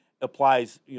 applies